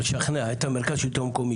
עם מרכז השלטון המקומי,